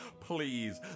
please